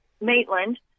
Maitland